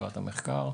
הנגיד,